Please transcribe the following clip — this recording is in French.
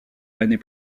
l’année